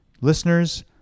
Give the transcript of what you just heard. listeners